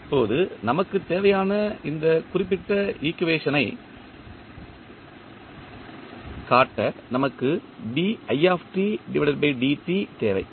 இப்போது நமக்குத் தேவையான இந்த குறிப்பிட்ட ஈக்குவேஷன் க் காட்ட நமக்கு தேவை